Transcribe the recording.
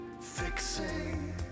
fixing